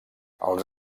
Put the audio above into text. els